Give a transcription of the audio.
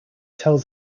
tells